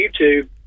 YouTube